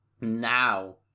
now